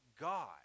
God